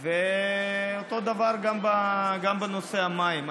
אותו דבר גם בנושא המים.